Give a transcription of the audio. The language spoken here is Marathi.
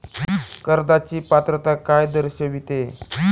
कर्जाची पात्रता काय दर्शविते?